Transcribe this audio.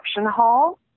Hall